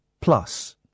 plus